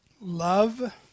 Love